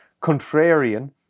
contrarian